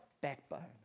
backbone